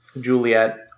Juliet